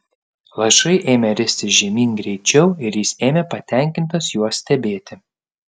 lašai ėmė ristis žemyn greičiau ir jis ėmė patenkintas juos stebėti